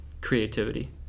creativity